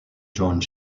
jong